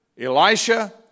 Elisha